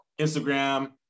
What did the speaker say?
Instagram